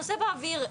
הנושא באוויר,